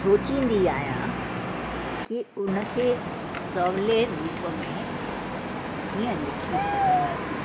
सोचिंदी आहियां की उनखे सवले रूप में कीअं लिखी सघनि